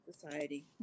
Society